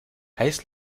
heiß